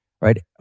right